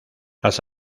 las